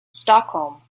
stockholm